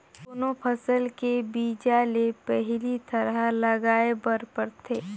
कोनो फसल के बीजा ले पहिली थरहा लगाए बर परथे